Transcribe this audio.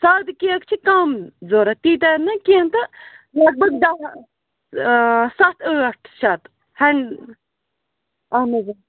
سَادٕ cake چھِ کَم ضروٗرت تیٖتیٛاہ نہٕ کیٚنٛہہ تہٕ لگ بگ دَہ آ سَتھ ٲٹھ شتھ ہینٛڈ اَہَن حَظ آ